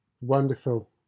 wonderful